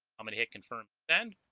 i'm gonna hit confirm then